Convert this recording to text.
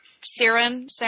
Siren